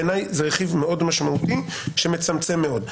בעיניי זה רכיב מאוד משמעותי שמצמצם מאוד.